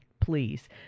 please